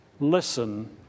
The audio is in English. Listen